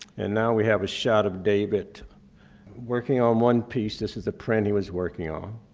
and now we have a shot of david working on one piece. this is a print he was working on.